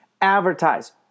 Advertise